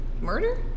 Murder